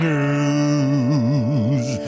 News